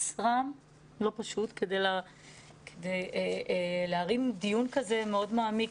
רב לא פשוט כדי להרים דיון כזה מאוד מעמיק,